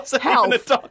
health